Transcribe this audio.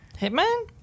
Hitman